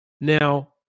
Now